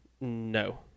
No